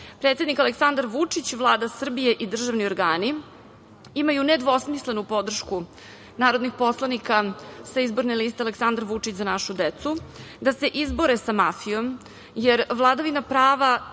Predsednik Aleksandar Vučić, Vlada Srbije i državni organi imaju nedvosmislenu podršku narodnih poslanika sa izborne liste Aleksandar Vučić – Za našu decu, da se izbore sa mafijom, jer vladavina prava